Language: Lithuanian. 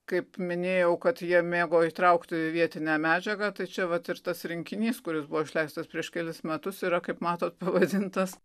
kaip minėjau kad jie mėgo įtraukti vietinę medžiagą tai čia vat ir tas rinkinys kuris buvo išleistas prieš kelis metus yra kaip matot pavadintas